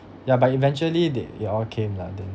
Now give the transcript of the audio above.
ya but eventually they ya all came lah the